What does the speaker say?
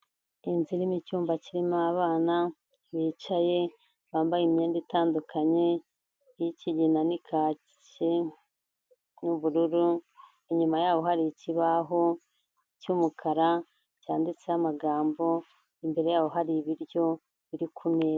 Inzu irimo icyumba kirimo abana bicaye bambaye imyenda itandukanye y'ikigina n'ikake n'ubururu, inyuma yaho hari ikibaho cy'umukara cyanditseho amagambo, imbere yabo hari ibiryo biri ku meza.